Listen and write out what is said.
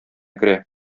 керә